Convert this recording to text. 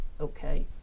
okay